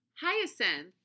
Hyacinth